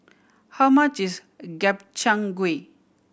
how much is Gobchang Gui